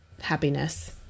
happiness